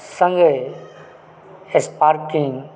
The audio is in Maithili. संगहि स्पार्किंग